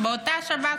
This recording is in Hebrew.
באותה שבת שחורה,